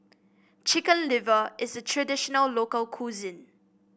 Chicken Liver is traditional local cuisine